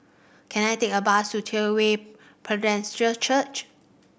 can I take a bus to True Way Presbyterian Church